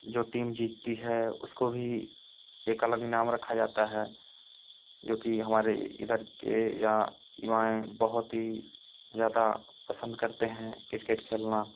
जो टीम जीतती है उसको भी एक अलग इनाम रखा जाता है जोकि हमारे इधर के या युवाएँ बहुत ही ज़्यादा पसन्द करते हैं क्रिकेट खेलना